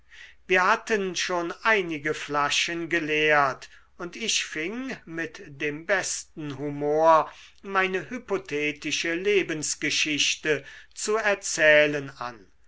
wir hatten schon einige flaschen geleert und ich fing mit dem besten humor meine hypothetische lebensgeschichte zu erzählen an